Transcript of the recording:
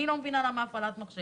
אני לא יודעת מה זה הפעלת מחשב,